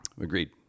Agreed